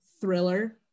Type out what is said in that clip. thriller